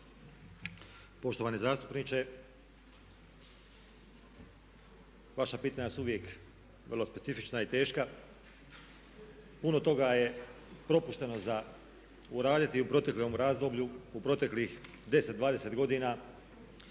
Poštovani zastupniče, vaša pitanja su uvijek vrlo specifična i teška. Puno toga je propušteno za uraditi i u proteklom razdoblju, u proteklih 10, 20 godina.